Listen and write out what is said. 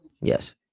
Yes